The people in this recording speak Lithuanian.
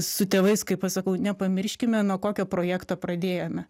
su tėvais kai pasakau nepamirškime nuo kokio projekto pradėjome